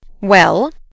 Well